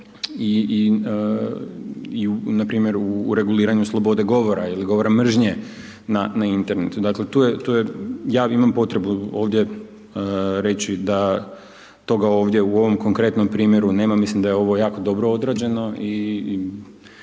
u npr. u reguliranju slobode govora ili govora mržnje na internetu. Dakle, tu je, tu je ja imam potrebu ovdje reći da toga ovdje u ovom konkretnom primjeru nema. Mislim da je ovo jako dobro odrađeno i